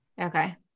Okay